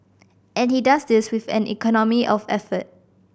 and he does this with an economy of effort